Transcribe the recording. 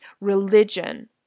religion